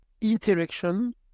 interaction